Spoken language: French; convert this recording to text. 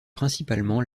principalement